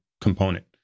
component